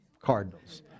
cardinals